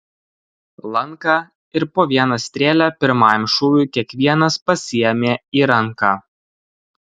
lanką ir po vieną strėlę pirmajam šūviui kiekvienas pasiėmė į ranką